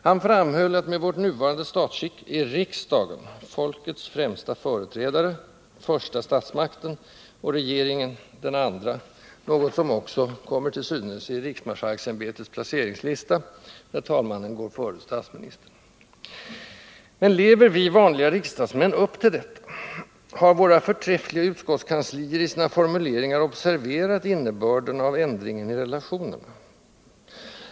Han framhöll att med vårt nuvarande statsskick är riksdagen — ”folkets främsta företrädare” — första statsmakten och regeringen den andra, något som också kommer till synes i riksmarskalksämbetets placeringslista, där talmannen går före statsministern. Men lever vi vanliga riksdagsmän upp till detta? Har våra förträffliga utskottskanslier i sina formuleringar observerat innebörden av ändringen i relationerna?